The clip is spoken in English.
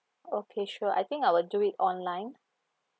okay sure I think I will do it online